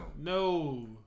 No